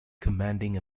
commanding